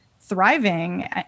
thriving